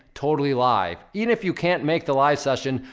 totally live. even if you can't make the live session,